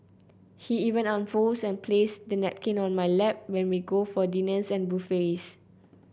he even unfolds and places the napkin on my lap when we go for dinners and buffets